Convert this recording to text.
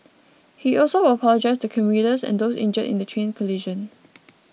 he also apologised to commuters and those injured in the train collision